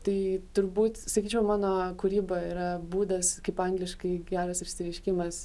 tai turbūt sakyčiau mano kūryba yra būdas kaip angliškai geras išsireiškimas